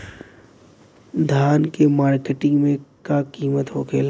धान क मार्केट में का कीमत होखेला?